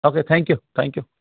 okay thank you thank you